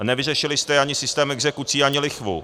Nevyřešili jste ani systém exekucí, ani lichvu.